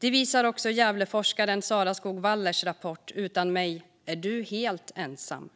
Det visar också Gävleforskaren Sara Skoog Wallers rapport Utan mig är du helt ensam .